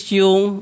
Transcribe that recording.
yung